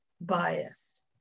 biased